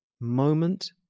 moment